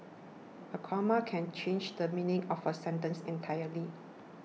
a comma can change the meaning of a sentence entirely